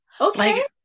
okay